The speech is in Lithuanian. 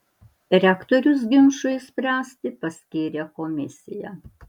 rektorius ginčui išspręsti paskyrė komisiją